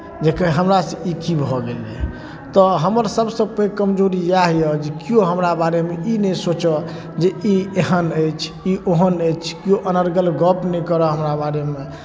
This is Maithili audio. जेकि हमरासँ ई कि भऽ गेलै तऽ हमर सभसँ पैघ कमजोरी इएह यए जे किओ हमरा बारेमे ई नहि सोचय जे ई एहन अछि ई ओहन अछि कियो अनर्गल गप्प नहि करय हमरा बारेमे